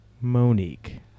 Monique